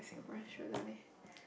Singaporean should lah they